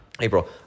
April